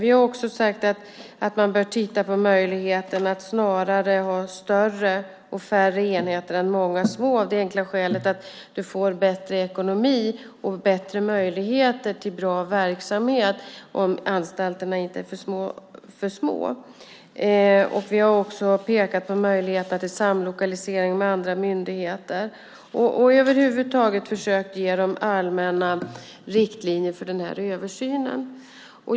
Vi har också sagt att man bör titta på möjligheten att snarare ha större och färre enheter än många små av det enkla skälet att du får bättre ekonomi och bättre möjligheter till bra verksamhet om anstalterna inte är för små. Vi har också pekat på möjligheten till samlokalisering med andra myndigheter och över huvud taget försökt ge allmänna riktlinjer för översynen.